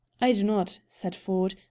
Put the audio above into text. i do not, said ford.